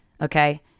okay